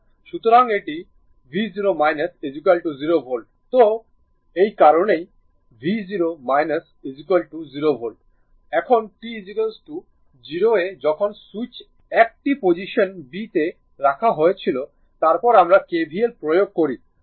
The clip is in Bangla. সুতরাং এই কারণেই v0 0 ভোল্ট এখন t 0 এ যখন সুইচ 1 টি পজিশন b তে রাখা হয়েছিল তারপর আমরা KVL প্রয়োগ করি